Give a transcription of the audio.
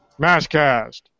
MassCast